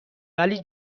ولی